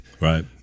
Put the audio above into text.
Right